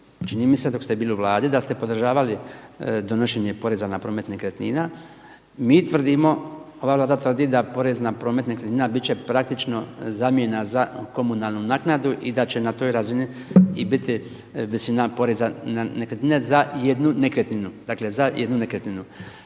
Čini mi se dok ste bili u Vladi da ste podržavali donošenje poreza na promet nekretnina. Mi tvrdimo, ova Vlada tvrdi da porez na promet nekretnina bit će praktično zamjena za komunalnu naknadu i da će na toj razini i biti visina poreza na nekretnine za jednu nekretninu,